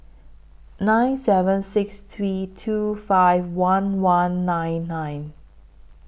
six seven six three two five one one nine nine